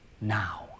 now